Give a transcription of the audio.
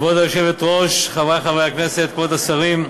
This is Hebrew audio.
כבוד היושבת-ראש, חברי חברי הכנסת, כבוד השרים,